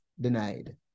denied